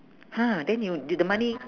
!huh! then you did the money